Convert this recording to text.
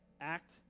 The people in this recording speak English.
Act